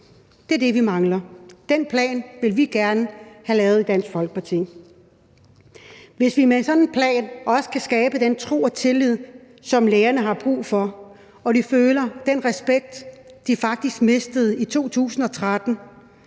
Det er det, vi mangler. Den plan vil vi gerne have lavet i Dansk Folkeparti. Hvis vi med en sådan plan også kan skabe den tro og tillid, som lægerne har brug for, så de føler, at de får den respekt, de faktisk mistede i 2013,